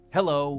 Hello